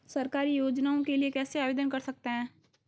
सरकारी योजनाओं के लिए कैसे आवेदन कर सकते हैं?